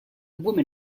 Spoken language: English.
woman